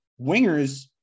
Wingers